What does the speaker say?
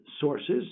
sources